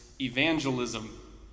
evangelism